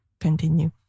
continue